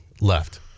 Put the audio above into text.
left